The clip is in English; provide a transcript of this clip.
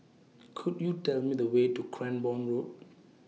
Could YOU Tell Me The Way to Cranborne Road